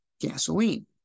gasoline